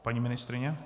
Paní ministryně?